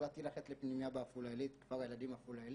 החלטתי ללכת לפנימייה בעפולה כפר ילדים עפולה עילית,